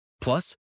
Plus